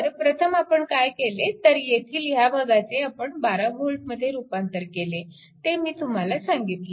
तर प्रथम आपण काय केले तर येथील ह्या भागाचे आपण 12V मध्ये रूपांतर केले ते मी तुम्हाला सांगितले